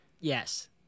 Yes